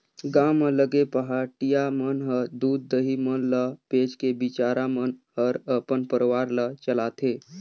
गांव म लगे पहाटिया मन ह दूद, दही मन ल बेच के बिचारा मन हर अपन परवार ल चलाथे